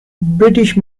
british